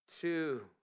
two